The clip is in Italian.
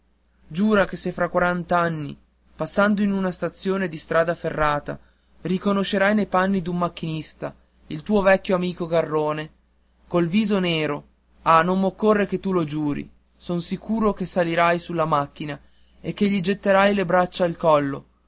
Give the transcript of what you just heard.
giura che se fra quarant'anni passando in una stazione di strada ferrata riconoscerai nei panni d'un macchinista il tuo vecchio garrone col viso nero ah non m'occorre che tu lo giuri son sicuro che salterai sulla macchina e che gli getterai le braccia al collo